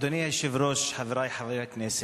אדוני היושב-ראש, חברי חברי הכנסת,